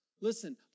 Listen